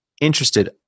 interested